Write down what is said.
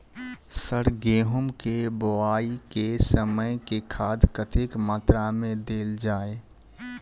Sir गेंहूँ केँ बोवाई केँ समय केँ खाद कतेक मात्रा मे देल जाएँ?